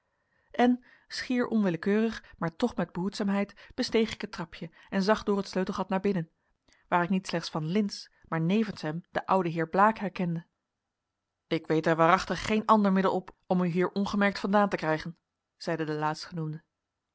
en schier onwillekeurig maar toch met behoedzaamheid besteeg ik het trapje en zag door het sleutelgat naar binnen waar ik niet slechts van lintz maar nevens hem den ouden heer blaek herkende ik weet er waarachtig geen ander middel op om u hier ongemerkt vandaan te krijgen zeide de